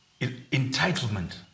Entitlement